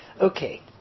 Okay